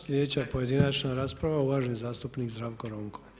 Sljedeća pojedinačna rasprava uvaženi zastupnik Zdravko Ronko.